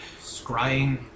Scrying